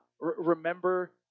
remember